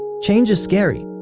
change is scary,